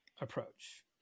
approach